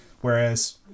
whereas